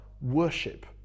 worship